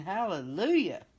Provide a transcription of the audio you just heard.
Hallelujah